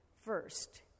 first